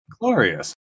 Glorious